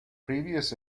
previous